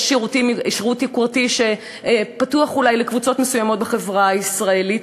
יש שירות יוקרתי שפתוח אולי לקבוצות מסוימות בחברה הישראלית,